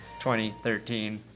2013